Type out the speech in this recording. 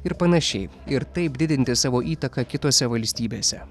ir panašiai ir taip didinti savo įtaką kitose valstybėse